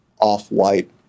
off-white